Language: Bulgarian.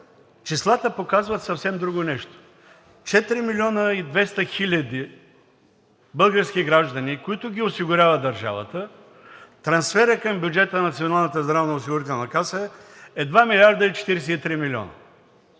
числата показват съвсем друго нещо – 4 млн. 200 хил. български граждани, които ги осигурява държавата, трансферът към бюджета на Националната здравноосигурителна каса е 2 млрд. 43 милиона.